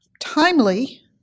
timely